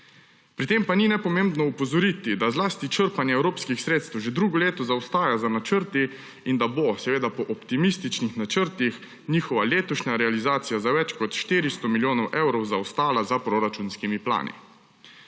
Pri tem pa ni nepomembno opozoriti, da zlasti črpanja evropskih sredstev že drugo leto zaostaja za načrti in da bo, seveda po optimističnih načrtih, njihova letošnja realizacija za več kot 400 milijonov evrov zaostala za proračunskimi plani.